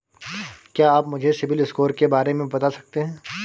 क्या आप मुझे सिबिल स्कोर के बारे में बता सकते हैं?